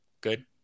good